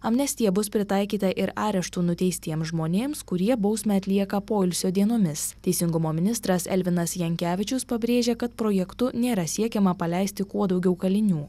amnestija bus pritaikyta ir areštu nuteistiem žmonėms kurie bausmę atlieka poilsio dienomis teisingumo ministras elvinas jankevičius pabrėžia kad projektu nėra siekiama paleisti kuo daugiau kalinių